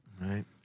right